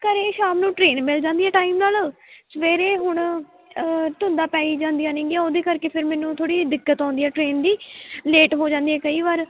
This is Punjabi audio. ਘਰ ਸ਼ਾਮ ਨੂੰ ਟਰੇਨ ਮਿਲ ਜਾਂਦੀ ਆ ਟਾਈਮ ਨਾਲ ਸਵੇਰੇ ਹੁਣ ਧੁੰਦਾਂ ਪੈ ਹੀ ਜਾਂਦੀਆਂ ਨੇ ਹੈਗੀਆਂ ਉਹਦੇ ਕਰਕੇ ਫਿਰ ਮੈਨੂੰ ਥੋੜ੍ਹੀ ਦਿੱਕਤ ਆਉਂਦੀ ਹੈ ਟ੍ਰੇਨ ਦੀ ਲੇਟ ਹੋ ਜਾਂਦੀ ਆ ਕਈ ਵਾਰ